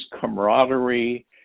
camaraderie